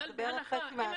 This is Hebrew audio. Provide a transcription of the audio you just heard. שזה בערך חצי מהסטודנטים.